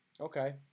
Okay